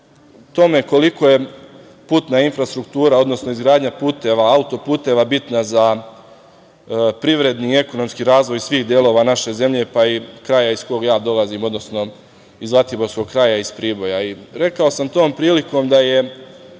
tome koliko je putna infrastruktura, odnosno izgradnja puteva, autoputeva bitna za privredni i ekonomski razvoj svih delova naše zemlje, pa i kraja iz kojeg ja dolazim, odnosno iz zlatiborskog kraja iz Priboja. Rekao sam tom prilikom da je,